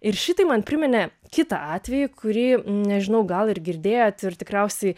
ir šitai man priminė kitą atvejį kurį nežinau gal ir girdėjt ir tikriausiai